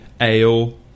ale